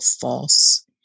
false